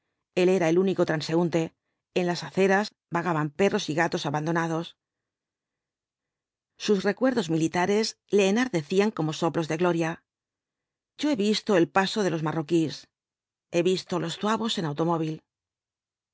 eu era el único transeúnte en las aceras vagaban perros y gatos abandonados sus recuerdos militares le enardecían como soplos de gloria yo he visto el paso de los marroquíes he visto loa zuavos en automóvil